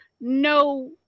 no